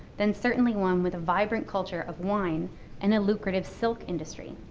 then certainly one with a vibrant culture of wine and a lucrative silk industry.